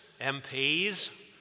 MPs